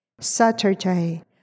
Saturday